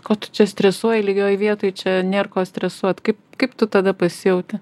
ko tu čia stresuoji lygioj vietoj čia nėr ko stresuot kaip kaip tu tada pasijauti